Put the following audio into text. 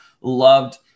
loved